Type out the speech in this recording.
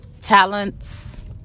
talents